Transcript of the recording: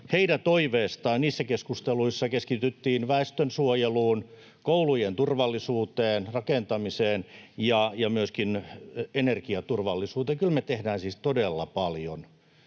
Heidän toiveestaan niissä keskusteluissa keskityttiin väestönsuojeluun, koulujen turvallisuuteen, rakentamiseen ja myöskin energiaturvallisuuteen. Kyllä me tehdään siis todella paljon.